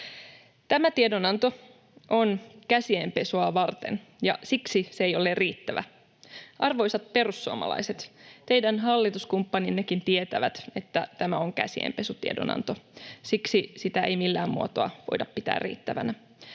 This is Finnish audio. Tämä tiedonanto on käsienpesua varten, ja siksi se ei ole riittävä. Arvoisat perussuomalaiset, teidän hallituskumppaninnekin tietävät, että tämä on käsienpesutiedonanto. Siksi sitä ei millään muotoa voida pitää riittävänä.